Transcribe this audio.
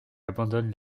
abandonnent